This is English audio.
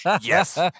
yes